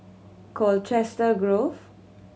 Colchester Grove